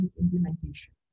implementation